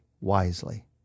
wisely